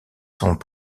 sont